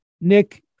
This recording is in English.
Nick